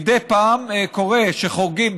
מדי פעם קורה שחורגים,